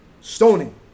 stoning